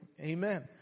Amen